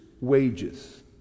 wages